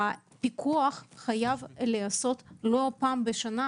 הפיקוח חייב להיעשות לא פעם בשנה